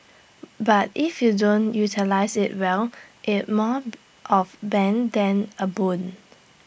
but if you don't utilise IT well it's more of bane than A boon